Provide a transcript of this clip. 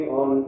on